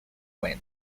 gwen